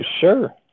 sure